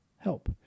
help